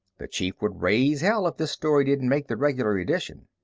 the chief would raise hell if this story didn't make the regular edition.